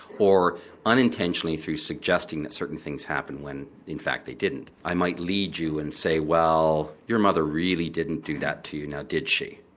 or unintentionally, through suggesting that certain things happened when in fact they didn't. i might lead you and say, well your mother really didn't do that to you now did she?